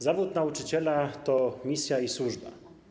Zawód nauczyciela to misja i służba.